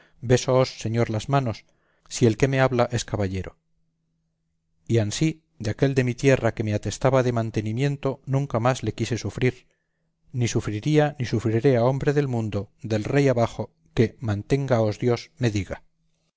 bésoos señor las manos si el que me habla es caballero y ansí de aquél de mi tierra que me atestaba de mantenimiento nunca más le quise sufrir ni sufriría ni sufriré a hombre del mundo del rey abajo que manténgaos dios me diga